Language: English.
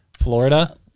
florida